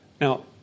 Now